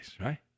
right